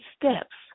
steps